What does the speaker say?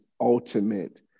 ultimate